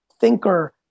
thinker